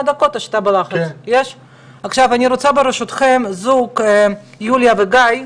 אני רוצה ברשותכם לשמוע זוג, יוליה וגיא,